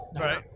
Right